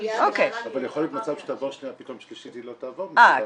אבל יכול להיות מצב שתעבור שנייה ופתאום שלישית היא לא תעבור -- כן,